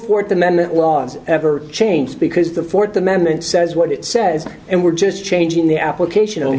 fourth amendment laws ever change because the fourth amendment says what it says and we're just changing the application and we